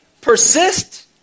persist